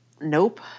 Nope